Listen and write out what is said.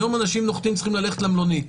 היום אנשים נוחתים, צריכים ללכת למלונית,